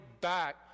back